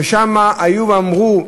שם אמרו,